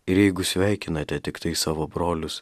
ir jeigu sveikinate tiktai savo brolius